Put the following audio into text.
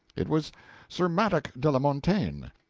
it was sir madok de la montaine,